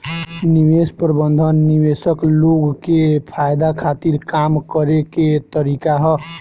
निवेश प्रबंधन निवेशक लोग के फायदा खातिर काम करे के तरीका ह